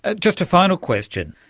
ah just a final question,